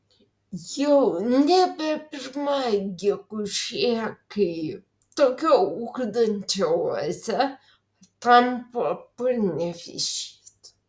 jau nebe pirma gegužė kai tokia ugdančia oaze tampa panevėžys